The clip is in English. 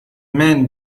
men